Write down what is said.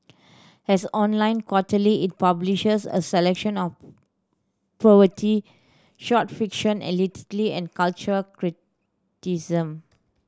has online quarterly it publishes a selection of short fiction and cultural criticism